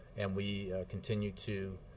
and we continue to